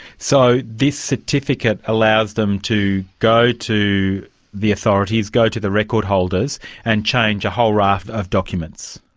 so, this certificate allows them to go to the authorities, go to the record holders and change a whole raft of documents?